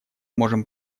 можем